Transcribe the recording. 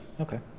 Okay